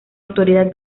autoridad